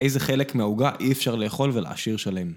איזה חלק מהעוגה אי אפשר לאכול ולהשאיר שלם.